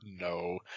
No